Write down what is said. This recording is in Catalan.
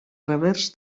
revers